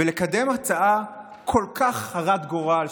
ולקדם הצעה כל כך הרת עולם,